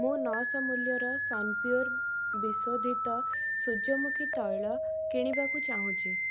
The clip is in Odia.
ମୁଁ ନଅଶହ ମୂଲ୍ୟର ସନପିଓର ବିଶୋଧିତ ସୂର୍ଯ୍ୟମୁଖୀ ତୈଳ କିଣିବାକୁ ଚାହୁଁଛି